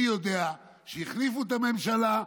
אני יודע שהחליפו את הממשלה,